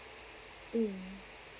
mm